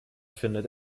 findet